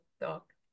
talk